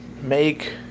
make